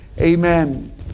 Amen